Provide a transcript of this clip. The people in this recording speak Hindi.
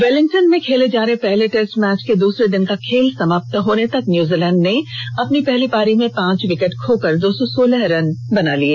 वेलिंगटन में खेले जा रहे पहले टेस्ट मैच के दूसरे दिन का खेल समाप्त होने तक न्यूजीलैंड ने अपनी पहली पारी में पांच विकेट खोकर दो सौ सोलह रन बना लिये